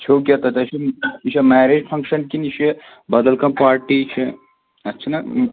چھُو کیٛاہ تۄہہِ تۄہہِ چھُو یہِ چھا میریج فَنٛگشَن کِنہٕ یہِ چھِ بَدَل کانٛہہ پاٹی چھِ اَتھ چھُنہ